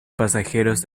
pasajeros